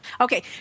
Okay